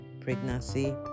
pregnancy